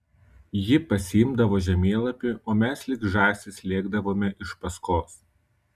ji pasiimdavo žemėlapį o mes lyg žąsys lėkdavome iš paskos